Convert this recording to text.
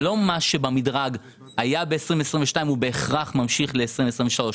לא מה שהיה במדרג ב-2022 בהכרח ממשיך ל-2023,